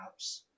apps